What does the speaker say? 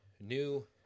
new